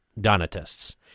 Donatists